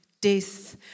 death